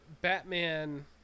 Batman